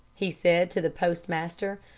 he said to the postmaster,